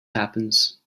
happens